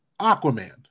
Aquaman